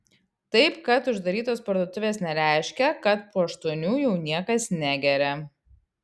taip kad uždarytos parduotuvės nereiškia kad po aštuonių jau niekas negeria